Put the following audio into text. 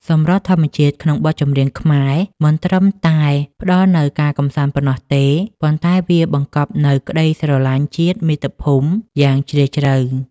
សម្រស់ធម្មជាតិក្នុងបទចម្រៀងខ្មែរ មិនត្រឹមតែផ្ដល់នូវការកម្សាន្តប៉ុណ្ណោះទេ ប៉ុន្តែវាបង្កប់នូវក្ដីស្រឡាញ់ជាតិមាតុភូមិយ៉ាងជ្រាលជ្រៅ។